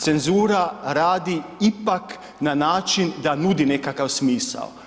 Cenzura radi ipak na način da nudi nekakav smisao.